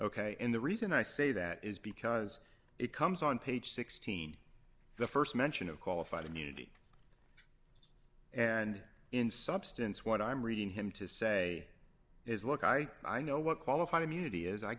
ok and the reason i say that is because it comes on page sixteen the st mention of qualified immunity and in substance what i'm reading him to say is look i i know what qualified immunity is i